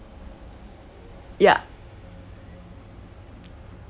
yeah